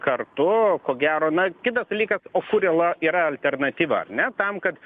kartu ko gero na kitas dalykas o kur yla yra alternatyva ar ne tam kad